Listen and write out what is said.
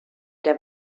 der